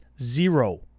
zero